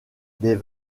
des